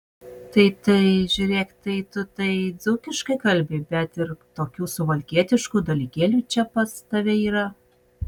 tai tai žiūrėk tai tu tai dzūkiškai kalbi bet ir tokių suvalkietiškų dalykėlių čia pas tave yra